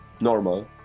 normal